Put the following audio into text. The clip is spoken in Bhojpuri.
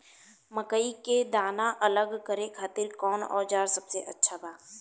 मकई के दाना अलग करे खातिर कौन औज़ार सबसे अच्छा बा?